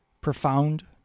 profound